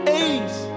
ace